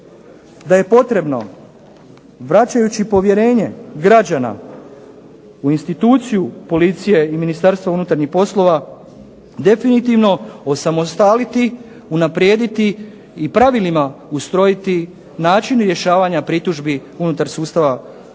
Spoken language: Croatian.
da je potrebno vraćajući povjerenje građana u instituciju policije i Ministarstva unutarnjih poslova, definitivno osamostaliti, unaprijediti i pravilima ustrojiti način rješavanja pritužbi unutar sustava